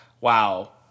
wow